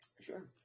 Sure